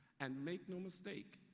and make no mistake,